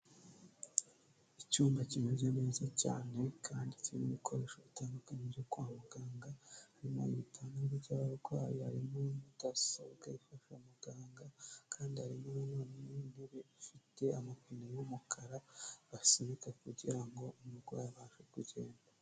Icyuma kimeze neza cyane kandi kirimo ibikoresho bitandukanye byo kwa muganga harimo intebe y'abarwayi harimo mudasobwa ifasha muganga kandi harimo intebe ifite amapine y'umukara asunika kugira ngo umurwayi abashe kugenda.